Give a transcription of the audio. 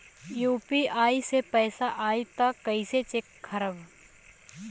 UPI से पैसा आई त कइसे चेक खरब?